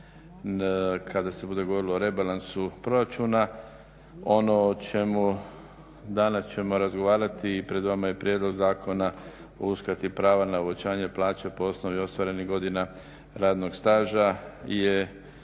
kada se bude govorilo o rebalansu proračuna. Ono o čemu danas ćemo razgovarati i pred vama je Prijedlog zakona o uskrati prava na uvećanje plaće po osnovi ostvarenih godina radnog staža